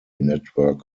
network